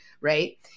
right